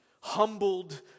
humbled